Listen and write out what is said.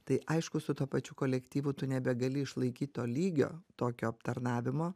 tai aišku su tuo pačiu kolektyvu tu nebegali išlaikyt to lygio tokio aptarnavimo